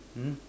hmm